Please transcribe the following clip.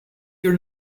your